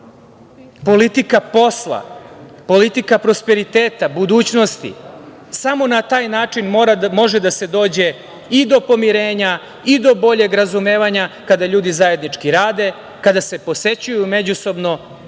Politika posla, politika prosperiteta, budućnosti. Samo na taj način može da se dođe i do pomirenja i do boljeg razumevanja, kada ljudi zajednički rade, kada se posećuju međusobno.